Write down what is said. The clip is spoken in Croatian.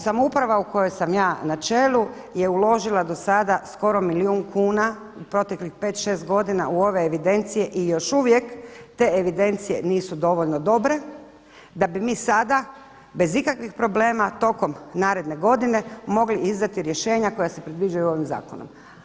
Samouprava u kojoj sam ja na čelu je uložila do sada skoro milijun kuna u proteklih 5, 6 godina u ove evidencije, i još uvijek te evidencije nisu dovoljno dobre, da bi mi sada bez ikakvih problema tokom naredne godine mogli izdati rješenja koja se predviđaju ovim zakonom.